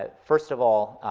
ah first of all,